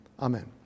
amen